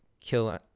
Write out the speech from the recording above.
kill